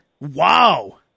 wow